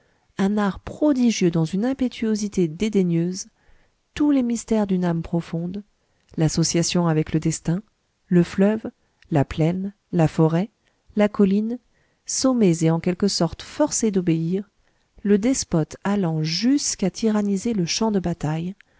un art prodigieux dans une impétuosité dédaigneuse tous les mystères d'une âme profonde l'association avec le destin le fleuve la plaine la forêt la colline sommés et en quelque sorte forcés d'obéir le despote allant jusqu'à tyranniser le champ de bataille